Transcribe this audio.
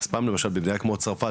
פעם במדינה כמו צרפת,